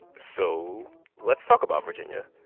so let's talk about virginia.